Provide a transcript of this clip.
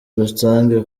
rusange